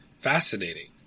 Fascinating